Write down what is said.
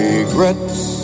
Regrets